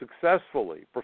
successfully